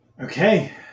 Okay